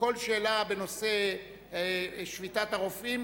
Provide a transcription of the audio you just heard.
כל שאלה בנושא שביתת הרופאים,